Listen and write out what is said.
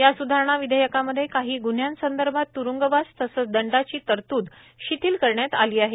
या स्धारणा विधेयकामध्ये काही गुन्हयासंदर्भात त्रुंगवास तसंच दंडाची तरतूद शिथिल करण्यात आली आहे